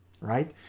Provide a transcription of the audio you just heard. right